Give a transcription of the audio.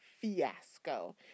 fiasco